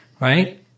right